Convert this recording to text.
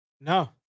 No